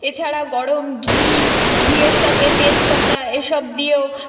এছাড়া গরম ঘি ঘিয়ের সাথে তেজপাতা এসব দিয়েও